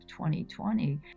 2020